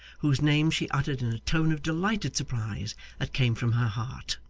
whose name she uttered in a tone of delighted surprise that came from her heart.